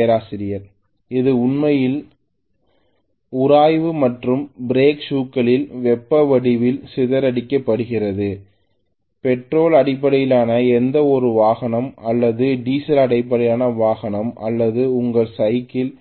பேராசிரியர் இது உண்மையில் உராய்வு என்று பிரேக் ஷூக்களில் வெப்ப வடிவில் சிதறடிக்கப்படுகிறது பெட்ரோல் அடிப்படையிலான எந்தவொரு வாகனம் அல்லது டீசல் அடிப்படையிலான வாகனம் அல்லது உங்கள் சைக்கிளில்